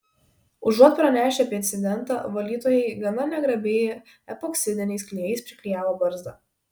užuot pranešę apie incidentą valytojai gana negrabiai epoksidiniais klijais priklijavo barzdą